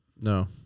No